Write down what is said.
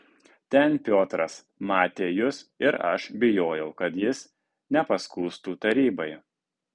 ten piotras matė jus ir aš bijojau kad jis nepaskųstų tarybai